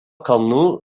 kalnų